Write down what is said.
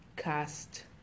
cast